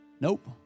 Nope